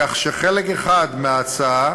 כך שחלק אחד מההצעה